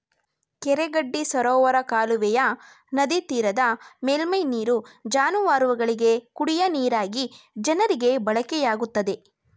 ಕೆರೆ ಗಡ್ಡಿ ಸರೋವರ ಕಾಲುವೆಯ ನದಿತೀರದ ಮೇಲ್ಮೈ ನೀರು ಜಾನುವಾರುಗಳಿಗೆ, ಕುಡಿಯ ನೀರಾಗಿ ಜನರಿಗೆ ಬಳಕೆಯಾಗುತ್ತದೆ